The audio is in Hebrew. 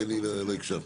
כי אני לא הקשבתי.